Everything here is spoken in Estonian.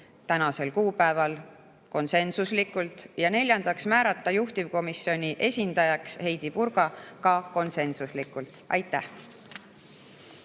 tänasel kuupäeval, konsensuslikult. Ja neljandaks, määrata juhtivkomisjoni esindajaks Heidy Purga, ka konsensuslikult. Aitäh!